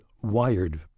wired